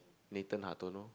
Nathon-Hartono